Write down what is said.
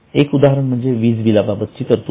एक उदाहरण म्हणजे विज बिलाबाबतची तरतूद